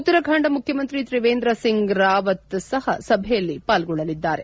ಉತ್ತರಖಾಂಡ ಮುಖ್ಯಮಂತ್ರಿ ಕ್ರಿವೇಂದ್ರ ಸಿಂಗ್ ರಾವತ್ ಸಪ ಸಭೆಯಲ್ಲಿ ಪಾಲ್ಗೊಳ್ಳಲಿದ್ದಾರೆ